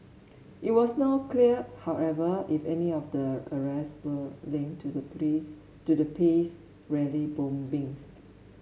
it was not clear however if any of the arrests were linked to the please to the peace rally bombings